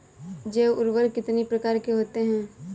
जैव उर्वरक कितनी प्रकार के होते हैं?